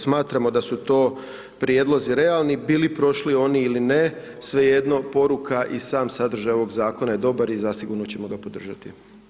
Smatramo da su to prijedlozi realni, bili prošli oni ili ne, svejedno, poruka i sam sadržaj ovog Zakona je dobar i zasigurno ćemo ga podržati.